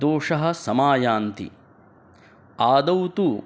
दोषाः समायान्ति आदौ तु